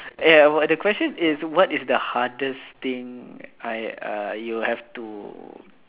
eh uh the question is what is the hardest thing I uh you have to